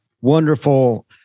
Wonderful